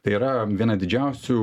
tai yra viena didžiausių